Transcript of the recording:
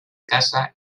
casa